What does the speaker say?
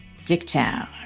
Dicktown